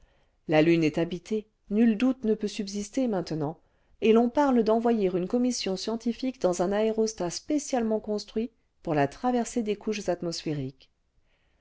la lune est habitée nul doute ne peut subsister maintenant et l'on parle d'envoyer une commission scientifique dans un aérostat spécialement construit pour la traversée des couches atmosphériques